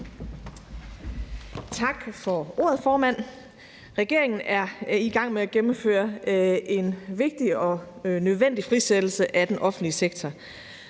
Tak for ordet, formand. Regeringen er i gang med at gennemføre en vigtig og nødvendig frisættelse af den offentlige sektor.